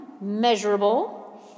measurable